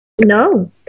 No